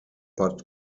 put